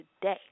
today